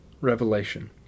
Revelation